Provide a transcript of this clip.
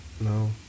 No